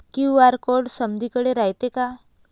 QR code समदीकडे रायतो का?